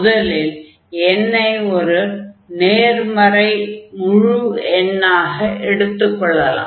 முதலில் n ஐ ஒரு நேர்மறையான முழு எண்ணாக எடுத்துக் கொள்ளலாம்